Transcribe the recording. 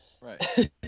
Right